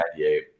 1998